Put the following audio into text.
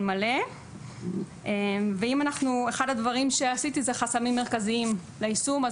מלא ואחד הדברים שעשיתי זה חסמים מרכזיים ליישום אז